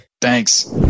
Thanks